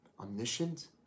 omniscient